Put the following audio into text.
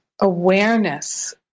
awareness